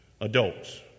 adults